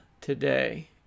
today